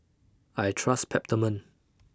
I Trust Peptamen